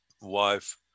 wife